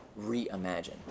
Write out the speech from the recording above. reimagine